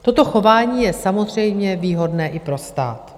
Toto chování je samozřejmě výhodné i pro stát.